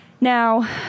Now